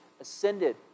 ascended